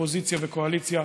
אופוזיציה וקואליציה,